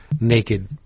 Naked